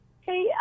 Hey